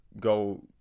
go